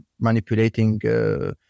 manipulating